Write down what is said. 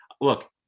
Look